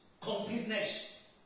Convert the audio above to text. completeness